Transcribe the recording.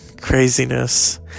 Craziness